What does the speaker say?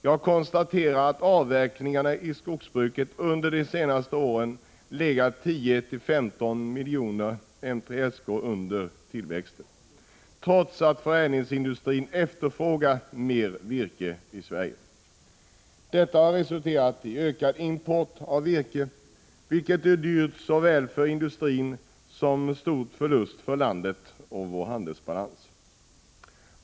Jag konstaterar att avverkningarna i skogsbruket under det senaste året legat 10-15 miljoner m?sk under tillväxten, trots att förädlingsindustrin efterfrågat mer virke i Sverige. Detta har resulterat i ökad import av virke, vilket är dyrt för industrin och medför stora förluster för landet och dess handelsbalans.